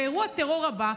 באירוע הטרור הבא,